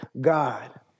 God